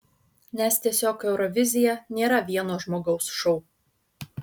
nes tiesiog eurovizija nėra vieno žmogaus šou